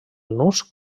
nus